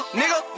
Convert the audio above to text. nigga